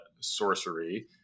sorcery